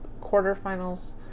quarterfinals